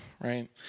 right